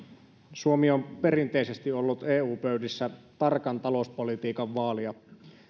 suomi on perinteisesti ollut eu pöydissä tarkan talouspolitiikan vaalija